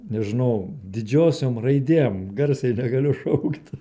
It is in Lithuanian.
nežinau didžiosiom raidėm garsiai negaliu šaukt